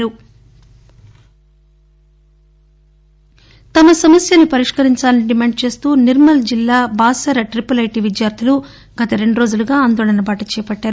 NSD నిర్శల్ తమ సమస్యలను పరిష్కరించాలని డిమాండ్ చేస్తూ నిర్మల్ జిల్లా బాసర ట్రిపుల్ఐటీ విద్యార్గులు గత రెండురోజులుగా ఆందోళన బాట చేపట్టారు